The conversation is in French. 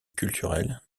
culturelle